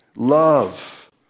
Love